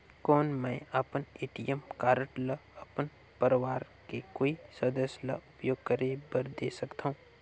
कौन मैं अपन ए.टी.एम कारड ल अपन परवार के कोई सदस्य ल उपयोग करे बर दे सकथव?